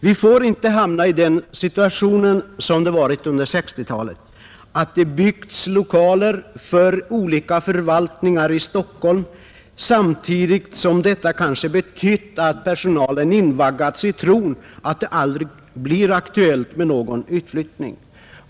Vi får inte hamna i samma situation som under 1960-talet, då det byggdes lokaler för olika förvaltningar i Stockholm samtidigt som detta kanske betydde att personalen invaggades i tron att det aldrig skulle bli aktuellt med någon utflyttning.